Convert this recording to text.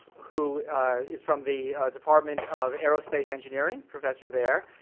who is from the department of aerospace engineering, professor there.